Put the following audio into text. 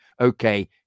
okay